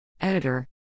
Editor